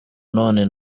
none